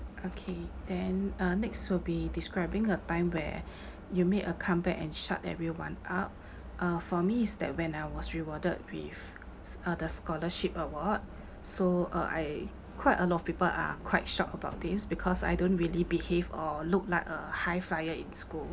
okay then uh next will be describing a time where you made a comeback and shut everyone up uh for me is that when I was rewarded with s~ uh the scholarship award so uh I quite a lot of people are quite shocked about this because I don't really behave or look like a high-flyer in school